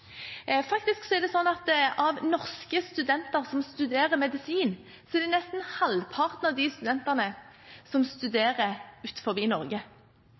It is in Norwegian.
Faktisk er det slik at av norske studenter som studerer medisin, studerer nesten halvparten av